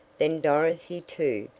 then dorothy, too,